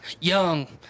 young